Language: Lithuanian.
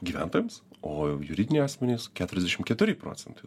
gyventojams o juridiniai asmenys keturiasdešim keturi procentai